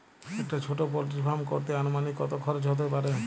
একটা ছোটো poultry farm করতে আনুমানিক কত খরচ কত হতে পারে?